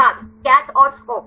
छात्र CATH और SCOP